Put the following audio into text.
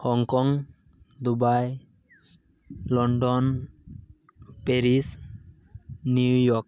Hong Kong Dubai London Paris New York